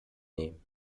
nehmen